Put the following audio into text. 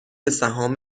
سهام